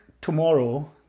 tomorrow